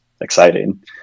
exciting